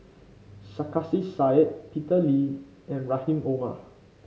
Sarkasi Said Peter Lee and Rahim Omar